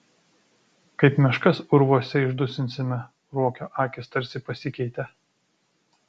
kaip meškas urvuose išdusinsime ruokio akys tarsi pasikeitė